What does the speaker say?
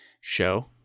Show